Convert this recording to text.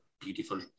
beautiful